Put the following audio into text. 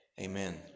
amen